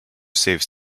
saves